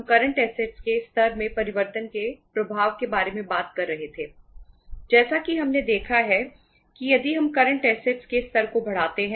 तो चर्चा के अंतिम भाग में हम करंट ऐसेटस हैं